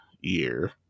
year